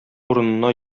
урынына